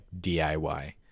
diy